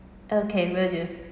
okay will do